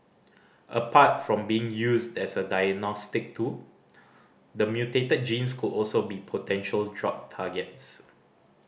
apart from being used as a diagnostic tool the mutated genes could also be potential drug targets